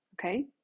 okay